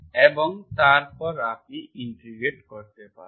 এবং তারপর আপনি ইন্টিগ্রেট করতে পারেন